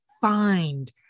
find